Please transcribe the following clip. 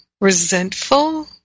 Resentful